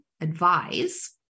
advise